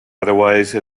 otherwise